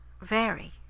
vary